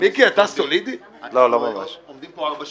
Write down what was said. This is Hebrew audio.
אנחנו עובדים פה ארבע שנים.